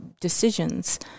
decisions